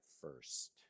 first